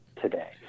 today